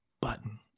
button